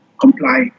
comply